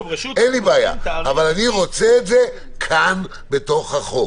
אין לי בעיה, אבל אני רוצה את זה כאן בחוק.